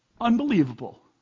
Unbelievable